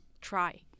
try